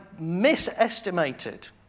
misestimated